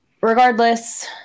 regardless